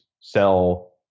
sell